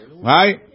Right